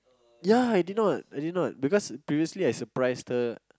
ya I did not I did not because previously I surprised her